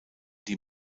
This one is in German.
die